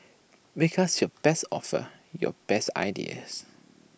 make us your best offers your best ideas